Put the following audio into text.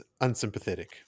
unsympathetic